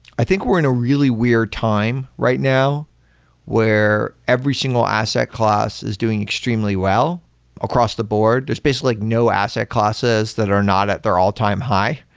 i think we're in a really weird time right now where every single asset class is doing extremely well across the board. there's basically like no asset classes that are not at their all-time high.